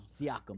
Siakam